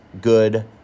good